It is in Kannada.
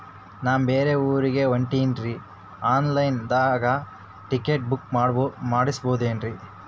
ನಾ ಬ್ಯಾರೆ ಊರಿಗೆ ಹೊಂಟಿನ್ರಿ ಆನ್ ಲೈನ್ ದಾಗ ಟಿಕೆಟ ಬುಕ್ಕ ಮಾಡಸ್ಬೋದೇನ್ರಿ?